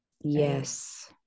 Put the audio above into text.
yes